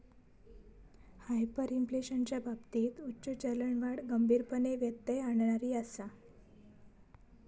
हायपरइन्फ्लेशनच्या बाबतीत उच्च चलनवाढ गंभीरपणे व्यत्यय आणणारी आसा